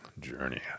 Journey